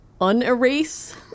unerase